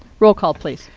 roll call, please.